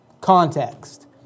context